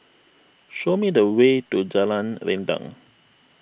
show me the way to Jalan Rendang